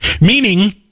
Meaning